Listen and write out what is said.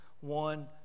one